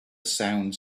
sounds